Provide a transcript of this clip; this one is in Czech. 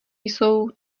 jsou